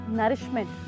nourishment